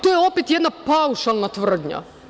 To je opet jedna paušalna tvrdnja.